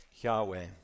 Yahweh